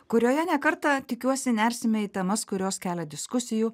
kurioje ne kartą tikiuosi nersime į temas kurios kelia diskusijų